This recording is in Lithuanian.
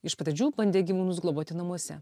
iš pradžių bandė gyvūnus globoti namuose